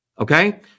Okay